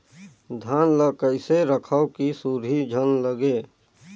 धान ल कइसे रखव कि सुरही झन लगे?